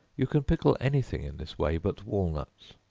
you can pickle any thing in this way but walnuts.